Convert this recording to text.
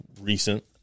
recent